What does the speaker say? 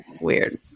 weird